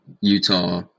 utah